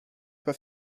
pas